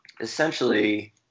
Essentially